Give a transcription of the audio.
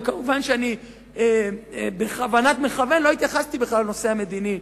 וכמובן שבכוונת מכוון לא התייחסתי בכלל לנושא המדיני,